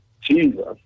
Jesus